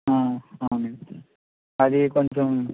అవునండీ అదీ కొంచెం